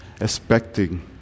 expecting